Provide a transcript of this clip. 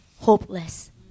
hopeless